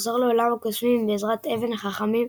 לחזור לעולם הקוסמים בעזרת אבן החכמים,